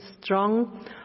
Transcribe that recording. strong